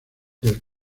del